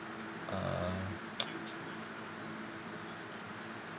uh